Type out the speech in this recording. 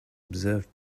observed